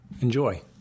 Enjoy